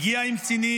הגיע עם קצינים,